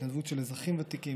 התנדבות של אזרחים ותיקים,